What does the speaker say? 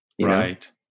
Right